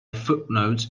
footnotes